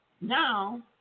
now